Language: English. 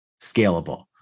scalable